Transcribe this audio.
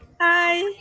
Hi